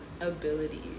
abilities